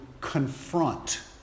confront